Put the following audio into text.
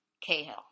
Cahill